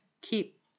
keep